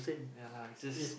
ya lah just